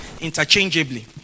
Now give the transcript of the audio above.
interchangeably